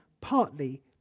partly